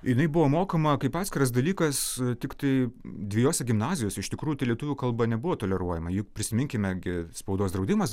jinai buvo mokoma kaip atskiras dalykas tiktai dviejose gimnazijose iš tikrųjų tai lietuvių kalba nebuvo toleruojama juk prisiminkime gi spaudos draudimas